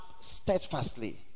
steadfastly